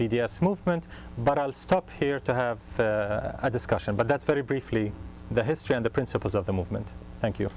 s movement but i'll stop here to have a discussion but that's very briefly the history and the principles of the movement thank you